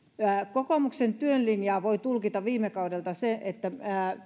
kokoomuksen työn linjaa voi tulkita viime kaudelta siten